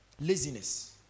Laziness